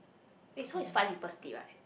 it's who is five people stay right